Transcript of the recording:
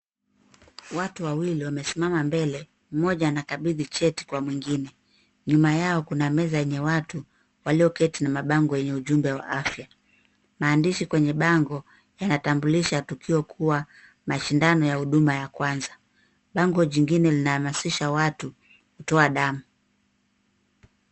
Watu wawili wamesimama mbele mmoja anakabidhi cheti kwa mwingine nyuma yao kuna mezi yenye watu walioketi na mabango yenye ujumbe wa afya maandishi kwenye bango yanatambulisha tukio kua mashindano ya huduma ya kwanza bango jingine linahamasisha watu kutoa damu.